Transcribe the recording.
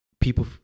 People